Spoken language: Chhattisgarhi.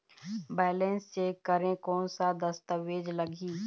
बैलेंस चेक करें कोन सा दस्तावेज लगी?